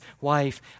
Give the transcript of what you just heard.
wife